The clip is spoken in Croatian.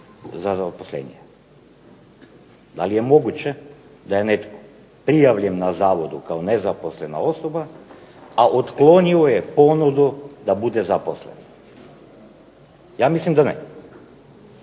za zaposlenje. Da li je moguće da je netko prijavljen na zavodu kao nezaposlena osoba, a otklonio je ponudu da bude zaposlen? Ja mislim da ne.